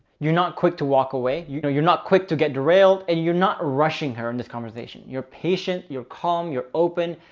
you're not quick to walk away. you know you're not quick to get derailed and you're not rushing her in this conversation. you're patient, you're calm, you're open,